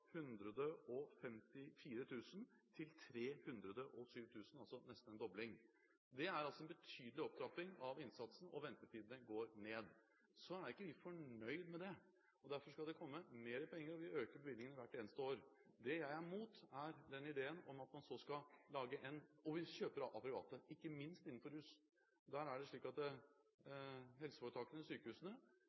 til 307 000, altså nesten en dobling. Dette er altså en betydelig opptrapping av innsatsen, og ventetidene går ned. Så er ikke vi fornøyd med det, og derfor skal det komme mer penger. Vi øker bevilgningene hvert eneste år, og vi kjøper av private, ikke minst innenfor rusfeltet. Der er det slik at helseforetakene/sykehusene vurderer hva de kan behandle selv, og vurderer hva de private kan bidra med, og kjøper